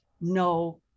no